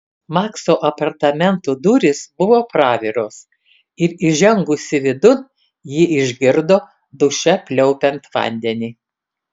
makso apartamentų durys buvo praviros ir įžengusi vidun ji išgirdo duše pliaupiant vandenį